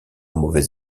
mauvais